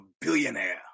billionaire